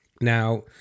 Now